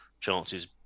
chances